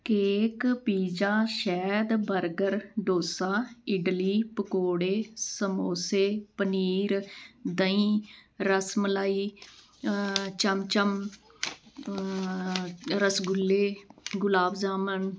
cake pizza ਸ਼ਹਿਦ burger dosa idli ਪਕੋੜੇ ਸਮੋਸੇ ਪਨੀਰ ਦਹੀਂ ਰਸਮਲਾਈ ਚਮਚਮ ਰਸਗੁੱਲੇ ਗੁਲਾਬ ਜਾਮਨ